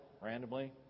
randomly